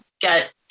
get